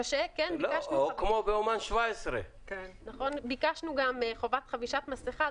כמו באומן 17. ביקשנו גם חובת חבישת מסיכה,